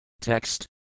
Text